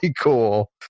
cool